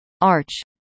arch